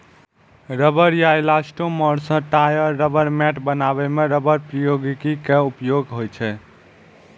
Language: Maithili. रबड़ या इलास्टोमोर सं टायर, रबड़ मैट बनबै मे रबड़ प्रौद्योगिकी के उपयोग होइ छै